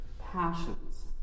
passions